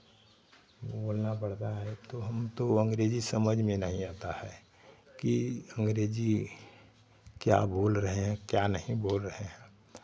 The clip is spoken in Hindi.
बोलना पड़ता है तो हम तो अंग्रेजी समझ में नहीं आता है कि अंग्रेजी क्या बोल रहे हैं क्या नहीं बोल रहे हैं